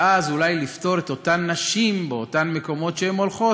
ואז אולי לפטור את אותן נשים באותם מקומות שאליהם הן הולכות.